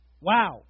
Wow